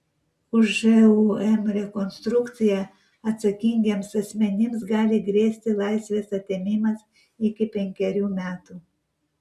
už žūm rekonstrukciją atsakingiems asmenims gali grėsti laisvės atėmimas iki penkerių metų